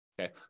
Okay